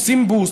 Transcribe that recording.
עושים בוסט,